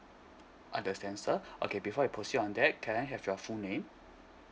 understand sir okay before I proceed on that can I have your full name